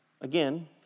Again